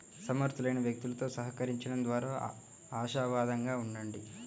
సమర్థులైన వ్యక్తులతో సహకరించండం ద్వారా ఆశావాదంగా ఉండండి